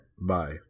Bye